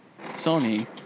Sony